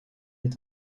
est